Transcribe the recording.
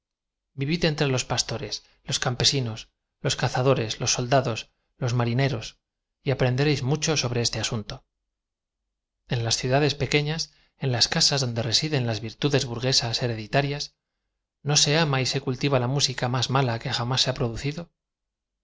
id entre los pastores los campesinos loa cazadores los soldados los marineros y aprende réis mucho sobre eete asudto en las ciudades peque ñas en las casas donde residen las virtudes burgue sas hereditaríasi no se ama y se cultiva la música más mala que jamás se h a producido